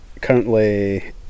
currently